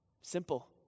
Simple